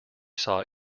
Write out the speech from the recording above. saw